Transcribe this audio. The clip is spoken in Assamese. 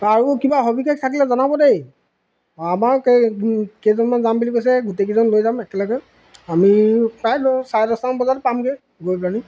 আৰু কিবা সৱিশেষ থাকিলে জনাব দেই আমাৰ কেই কেইজনমান যাম বুলি কৈছে গোটেইকেইজন লৈ যাম একেলগে আমি প্ৰায় ল চাৰে দহটমান বজাত পামগৈ গৈ পেলি